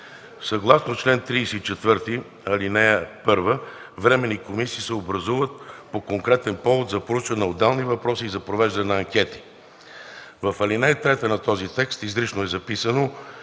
Съгласно чл. 34, ал. 1 временни комисии се образуват по конкретен повод за проучване на отделни въпроси и за провеждане на анкети. В ал. 3 на този текст изрично е записано,